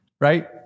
right